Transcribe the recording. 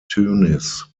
tunis